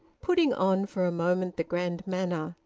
putting on for a moment the grand manner,